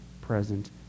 present